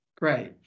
great